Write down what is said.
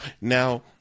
Now